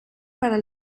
para